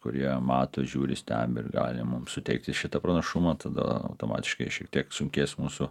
kurie mato žiūri stebi ir gali mums suteikti šitą pranašumą tada automatiškai šiek tiek sunkės mūsų